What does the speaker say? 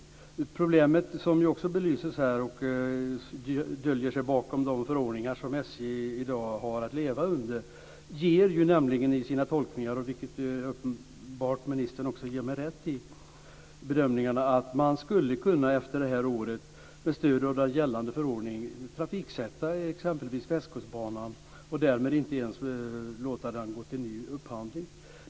Problemet, som också belyses här, döljer sig bakom de förordningar som SJ i dag har att leva efter. En tolkning skulle kunna vara, vilket ministern uppenbarligen också ger mig rätt i, att man efter det här året, med stöd av den gällande förordningen, skulle kunna trafiksätta exempelvis Västkustbanan. Därmed skulle man inte ens låta det gå till ny upphandling.